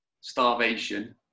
starvation